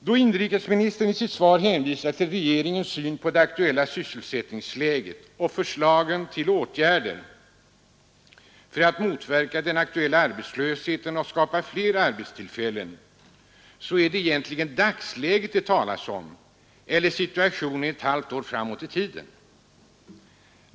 Då inrikesministern i sitt svar hänvisar till regeringens syn på det aktuella sysselsättningsläget och förslagen till åtgärder för att motverka den aktuella arbetslösheten och skapa fler arbetstillfällen, är det egentligen dagsläget eller situationen ett halvår framåt i tiden han talar om.